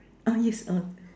ah yes err